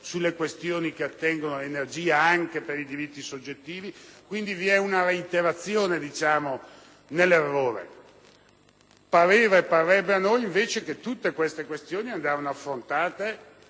sulle questioni che attengono all'energia anche per i diritti soggettivi. Vi è quindi una reiterazione nell'errore. Pareva e parrebbe a noi, invece, che tutte queste questioni andassero affrontate